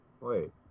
Wait